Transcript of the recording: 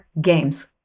Games